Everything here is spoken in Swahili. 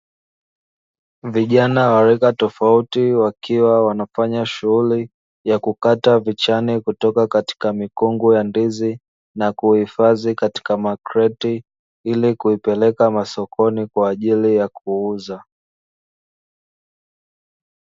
Vijana wa rika tofauti wakiwa wanafanya shughuli ya kukata vichane kutoka katika mikungu ya ndizi na kuhifadhi katika makreti ili kuipeleka masokoni kwaajili ya kuuza.-